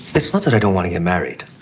it's not that i don't want to get married.